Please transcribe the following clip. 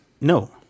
No